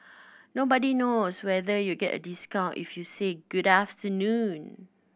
nobody knows whether you'll get a discount if you say Good afternoon